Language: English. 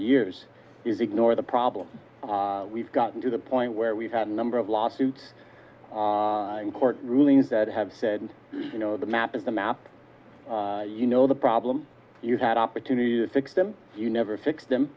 years is ignore the problem we've gotten to the point where we've had a number of lawsuits in court rulings that have said you know the map is the map you know the problem you had opportunity to fix them you never fix them